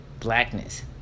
blackness